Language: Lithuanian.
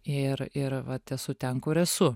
ir ir vat esu ten kur esu